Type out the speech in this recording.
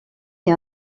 est